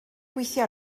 gweithio